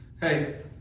hey